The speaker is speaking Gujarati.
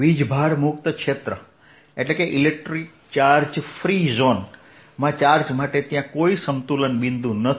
વીજભાર મુક્ત ક્ષેત્ર માં ચાર્જ માટે ત્યાં કોઈ સંતુલન બિંદુ નથી